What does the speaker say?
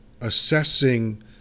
assessing